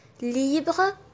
libre